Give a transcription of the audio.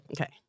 okay